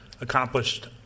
accomplished